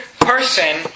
person